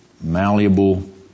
malleable